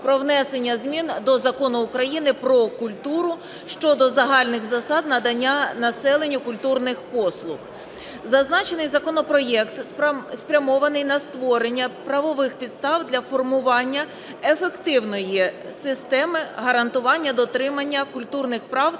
про внесення змін до Закону України "Про культуру" щодо загальних засад надання населенню культурних послуг. Зазначений законопроект спрямований на створення правових підстав для формування ефективної системи гарантування дотримання культурних прав